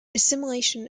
assimilation